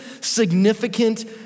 significant